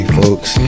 folks